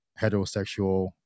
heterosexual